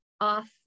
off